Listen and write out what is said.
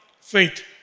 faith